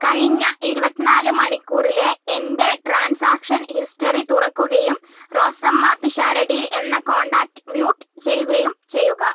കഴിഞ്ഞ ഇരുപത്തിനാല് മണിക്കൂറിലെ എൻ്റെ ട്രാൻസാക്ഷൻ ഹിസ്റ്ററി തുറക്കുകയും റോസമ്മ പിഷാരടി എന്ന കോൺടാക്ട് മ്യൂട്ട് ചെയ്യുകയും ചെയ്യുക